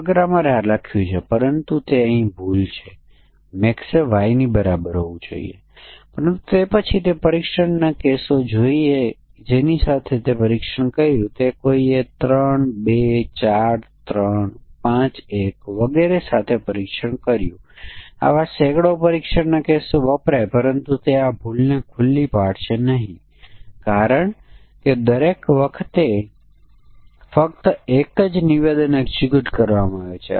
તેથી તેને સચિત્ર રીતે બતાવવા માટે જુદા જુદા સમકક્ષ વર્ગો માન્ય અને અમાન્ય સમકક્ષ વર્ગોની સીમા પર આપણે એક મૂલ્ય લેવું પડશે જે ફક્ત બાઉન્ડ્રી પર છે એક મૂલ્ય ફક્ત સીમાની અંદર છે એક મૂલ્ય હદની બહાર દરેક સમકક્ષ વર્ગો માટે છે